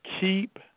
Keep